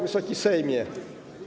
Wysoki Sejmie!